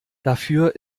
dafür